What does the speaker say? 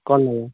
କ'ଣ ନେବେ